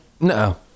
no